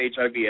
HIV